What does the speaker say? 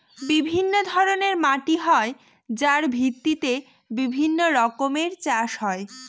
বিভিন্ন ধরনের মাটি হয় যার ভিত্তিতে বিভিন্ন রকমের চাষ হয়